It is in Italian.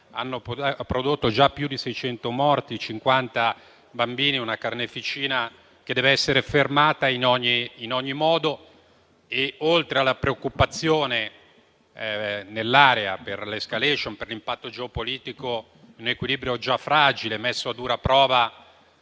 hanno prodotto già più di 600 morti, dei quali 50 bambini: una carneficina che deve essere fermata in ogni in ogni modo. Oltre alla preoccupazione, nell'area, per l'*escalation* e per l'impatto geopolitico, in un equilibrio già fragile, messo a dura prova